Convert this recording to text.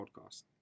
podcast